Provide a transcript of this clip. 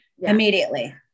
immediately